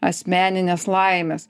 asmeninės laimės